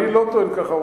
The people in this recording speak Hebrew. אני לא טוען ככה,